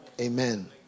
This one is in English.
Amen